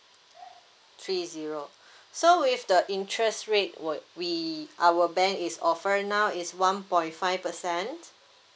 three zero so with the interest rate would we our bank is offer now is one point five percent